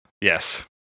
Yes